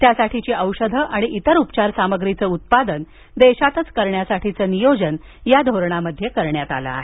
त्यासाठीची औषध आणि इतर उपचार सामग्रीचं उत्पादन देशातच करण्यासाठीचं नियोजन करण्यात आलं आहे